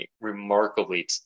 remarkably